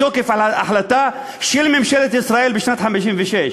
מתוקף החלטה, של ממשלת ישראל בשנת 1956,